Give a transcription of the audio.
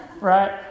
right